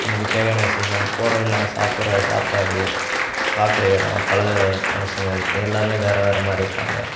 நமக்கு தேவையான விஷயங்கள் போகிற வழில நம்ம சாப்பிட்ற சாப்பாடு பார்க்கற இடம் பழகற மனுஷங்கள் எல்லாேருமே வேறு வேறு மாதிரி இருப்பாங்க